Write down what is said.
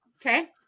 Okay